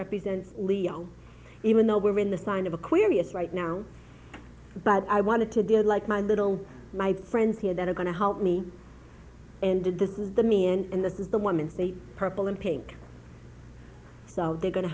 represents leo even though we're in the sign of aquarius right now but i wanted to do it like my little my friends here that are going to help me and the the me and the the woman the purple and pink so they're going to